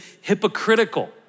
hypocritical